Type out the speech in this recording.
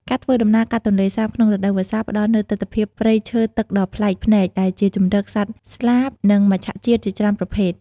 ការធ្វើដំណើរកាត់ទន្លេសាបក្នុងរដូវវស្សា ផ្តល់នូវទិដ្ឋភាពព្រៃលិចទឹកដ៏ប្លែកភ្នែក ដែលជាជម្រកសម្រាប់សត្វស្លាប និងមច្ឆជាតិជាច្រើនប្រភេទ។